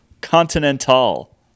Continental